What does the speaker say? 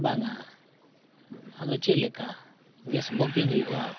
ᱵᱟᱝᱟ ᱟᱫᱚ ᱪᱮᱫ ᱞᱮᱠᱟ ᱜᱮᱥ ᱵᱩᱠᱤᱝ ᱦᱩᱭᱩᱜᱼᱟ